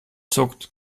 zuckt